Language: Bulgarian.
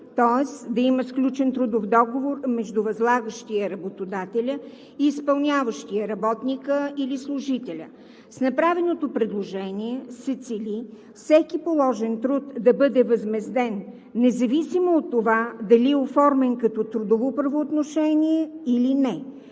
тоест да има сключен трудов договор между възлагащия – работодателя, и изпълняващия – работника или служителя. С направеното предложение се цели всеки положен труд да бъде възмезден, независимо от това дали е оформен като трудово правоотношение или не.